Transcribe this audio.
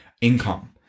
income